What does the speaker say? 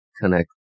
connect